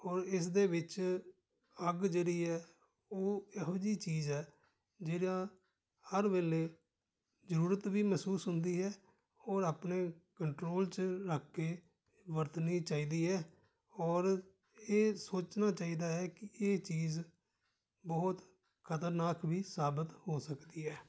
ਹੋਰ ਇਸ ਦੇ ਵਿੱਚ ਅੱਗ ਜਿਹੜੀ ਹੈ ਉਹ ਇਹੋ ਜਿਹੀ ਚੀਜ਼ ਹੈ ਜਿਹੜਾ ਹਰ ਵੇਲੇ ਜ਼ਰੂਰਤ ਵੀ ਮਹਿਸੂਸ ਹੁੰਦੀ ਹੈ ਔਰ ਆਪਣੇ ਕੰਟਰੋਲ 'ਚ ਰੱਖ ਕੇ ਵਰਤਣੀ ਚਾਹੀਦੀ ਹੈ ਔਰ ਇਹ ਸੋਚਣਾ ਚਾਹੀਦਾ ਹੈ ਕਿ ਇਹ ਚੀਜ਼ ਬਹੁਤ ਖ਼ਤਰਨਾਕ ਵੀ ਸਾਬਤ ਹੋ ਸਕਦੀ ਹੈ